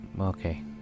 Okay